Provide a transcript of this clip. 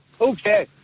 okay